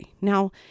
Now